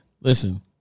Listen